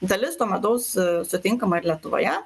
dalis to medaus sutinkama ir lietuvoje